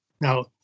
Now